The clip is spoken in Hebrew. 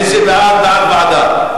מי שבעד, בעד ועדה.